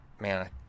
man